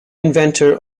inventor